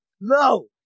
no